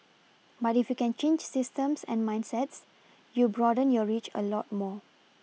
but if you can change systems and mindsets you broaden your reach a lot more